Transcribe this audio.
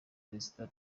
perezida